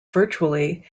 virtually